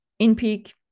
InPeak